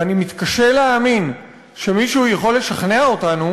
ואני מתקשה להאמין שמישהו יכול לשכנע אותנו